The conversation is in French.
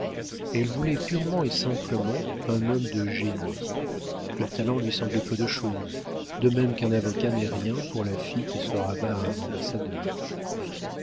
elle voulait purement et simplement un homme de génie le talent lui semblait peu de chose de même qu'un avocat n'est rien pour la fille qui se rabat à un ambassadeur